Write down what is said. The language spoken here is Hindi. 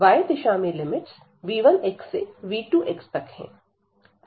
y दिशा में लिमिट्स v1x से v2x तक है